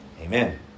Amen